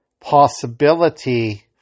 possibility